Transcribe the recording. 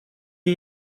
are